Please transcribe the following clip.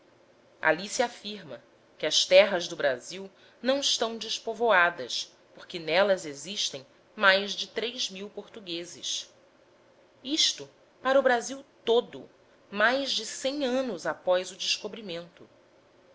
se afirma que as terras do brasil não estão despovoadas porque nelas existem mais de três mil portugueses isto para o brasil todo mais de cem anos após o descobrimento